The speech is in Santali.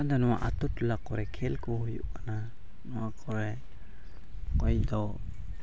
ᱱᱚᱣᱟ ᱟᱹᱛᱩ ᱴᱚᱞᱟ ᱠᱚᱨᱮᱜ ᱠᱷᱮᱹᱞ ᱠᱚ ᱦᱩᱭᱩᱜ ᱠᱟᱱᱟ ᱱᱚᱣᱟ ᱠᱚᱨᱮᱜ ᱚᱠᱚᱭ ᱫᱚ